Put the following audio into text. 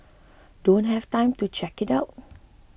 don't have time to check it out